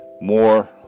More